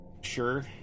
Sure